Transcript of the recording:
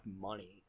money